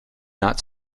not